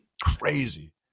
crazy